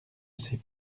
sait